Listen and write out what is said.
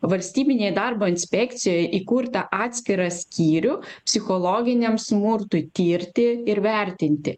valstybinėj darbo inspekcijoj įkurtą atskirą skyrių psichologiniam smurtui tirti ir vertinti